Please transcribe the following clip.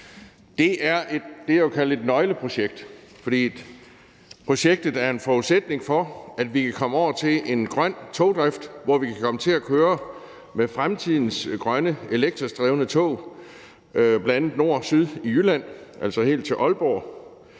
det, jeg vil kalde et nøgleprojekt, for projektet er en forudsætning for, at vi kan komme over til en grøn togdrift, hvor vi kan komme til at køre med fremtidens grønne, elektrisk drevne tog, bl.a. nord-syd i Jylland, altså helt til Aalborg,